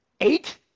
eight